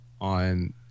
on